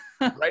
right